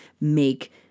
make